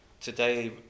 today